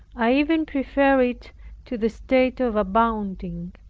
i even preferred it to the state of abounding,